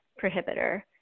prohibitor